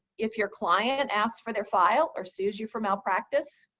if your client and asks for their file or sues you for malpractice,